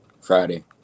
Friday